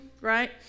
right